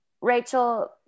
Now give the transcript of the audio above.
Rachel